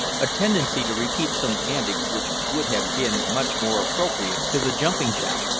a tendency to repeat some antics which would have been much more appropriate to the jumping-jack,